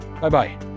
Bye-bye